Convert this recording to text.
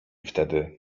wtedy